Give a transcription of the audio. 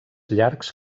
llargs